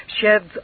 sheds